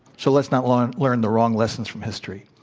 so, let's not learn learn the wrong lessons from history.